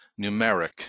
numeric